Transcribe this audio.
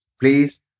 Please